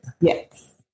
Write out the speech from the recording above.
Yes